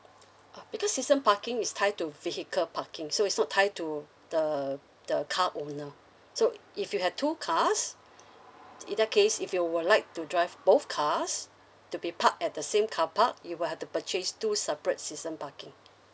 oh because season parking is tied to vehicle parking so it's not tied to the the car owner so if you had two cars in in that case if you would like to drive both cars to be parked at the same car park you will have to purchase two separate season parking